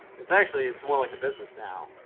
it's actually, it's more like a business now.